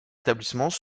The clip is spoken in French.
établissements